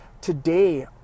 Today